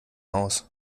aus